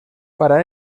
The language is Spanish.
para